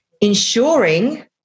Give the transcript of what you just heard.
ensuring